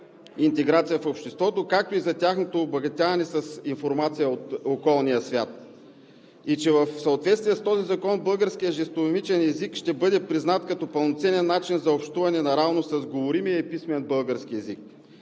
интеграция в обществото, както и за тяхното обогатяване с информация от околния свят, че в съответствие с този закон българския жестомимичен език ще бъде признат като пълноценен начин за общуване наравно с говоримия и писмения български език.